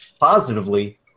positively